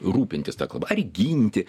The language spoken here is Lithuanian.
rūpintis ta kalba ar ginti